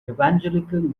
evangelical